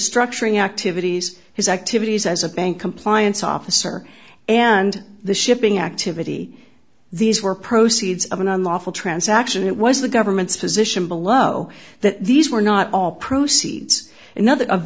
structuring activities his activities as a bank compliance officer and the shipping activity these were proceeds of an unlawful transaction it was the government's position below that these were not all proceeds an